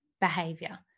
behavior